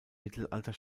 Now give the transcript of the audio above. mittelalter